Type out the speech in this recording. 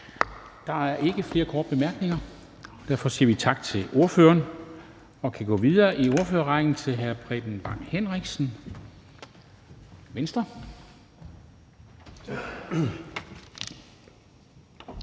Der er ikke flere korte bemærkninger. Derfor siger vi tak til ordføreren. Vi går videre i ordførerrækken til hr. Preben Bang Henriksen, Venstre.